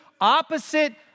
Opposite